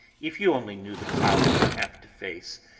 if you only knew the problem i have to face,